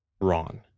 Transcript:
Ron